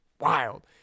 wild